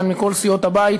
מכל סיעות הבית.